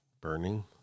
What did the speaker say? burning